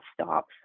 stop